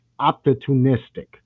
opportunistic